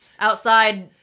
Outside